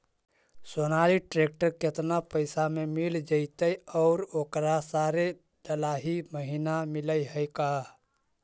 Sonalika tractor केतना पैसा में मिल जइतै और ओकरा सारे डलाहि महिना मिलअ है का?